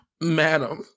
madam